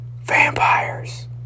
Vampires